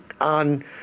on